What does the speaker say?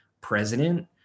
president